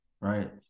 right